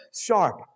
sharp